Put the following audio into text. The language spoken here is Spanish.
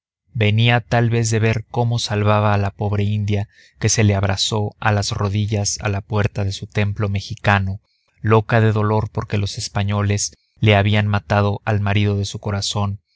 venía tal vez de ver cómo salvaba a la pobre india que se le abrazó a las rodillas a la puerta de su templo mexicano loca de dolor porque los españoles le habían matado al marido de su corazón